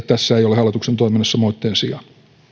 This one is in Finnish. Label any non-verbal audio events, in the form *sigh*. *unintelligible* tässä ei ole hallituksen toiminnassa moitteen sijaa